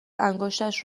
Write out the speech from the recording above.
انگشتش